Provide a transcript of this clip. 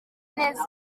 neza